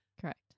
correct